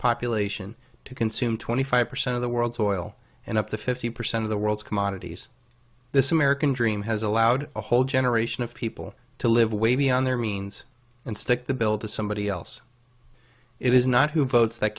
population to consume twenty five percent of the world's oil and up to fifty percent of the world's commodities this american dream has allowed a whole generation of people to live way beyond their means and stick the bill to somebody else it is not who votes that